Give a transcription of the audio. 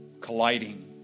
colliding